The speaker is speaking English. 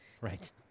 right